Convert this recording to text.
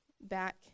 back